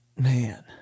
Man